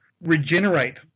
regenerate